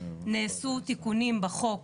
נעשו תיקונים בחוק,